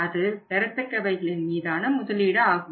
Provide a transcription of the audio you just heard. அது பெறத்தக்கவைகளின் மீதான முதலீடு ஆகும்